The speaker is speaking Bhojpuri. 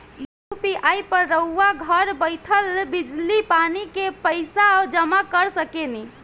यु.पी.आई पर रउआ घर बईठल बिजली, पानी के पइसा जामा कर सकेनी